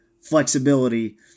flexibility